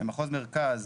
במחוז מרכז